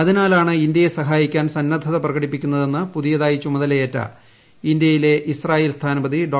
അതിനാലാണ് ഇന്ത്യയെ സഹായിക്കാൻ സന്നദ്ധത പ്രകടിപ്പിക്കുന്നതെന്ന് പുതുതായി ചുമതലയേറ്റ ഇന്ത്യയിലെ ഇസ്രായേൽ സ്ഥാനപതി ഡോ